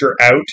out